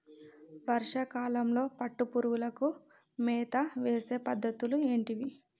వర్షా కాలంలో పట్టు పురుగులకు మేత వేసే పద్ధతులు ఏంటివి?